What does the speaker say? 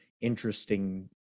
interesting